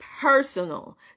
personal